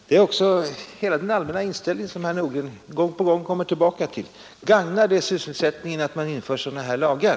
Det är också hela den allmänna inställning som herr Nordgren gång på gång kommer tillbaka till: Gagnar det sysselsättningen att man inför sådana här lagar?